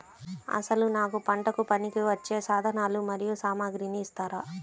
అసలు నాకు పంటకు పనికివచ్చే సాధనాలు మరియు సామగ్రిని ఇస్తారా?